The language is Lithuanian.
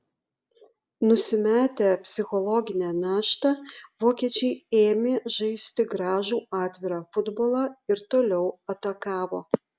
nusimetę psichologinę naštą vokiečiai ėmė žaisti gražų atvirą futbolą ir toliau atakavo